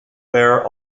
wear